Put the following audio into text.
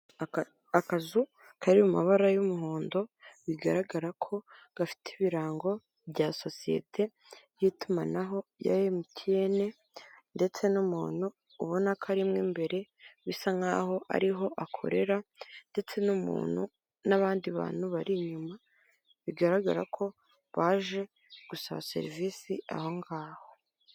Akazu kari mu mabara y'umuhondo bigaragara ko gafite ibirango bya sosiyete y'itumanaho ya emutiyene ndetse n'umuntu ubona ko ari mo iimbere bisa nk'aho ariho akorera, ndetse n'umuntu, n'abandi bantu bari inyuma bigaragara ko baje gusaba serivisi aho ngaho.